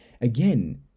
again